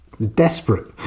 Desperate